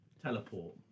teleport